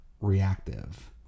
reactive